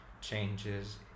changes